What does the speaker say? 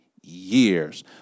years